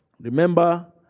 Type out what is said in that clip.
Remember